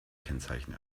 kennzeichen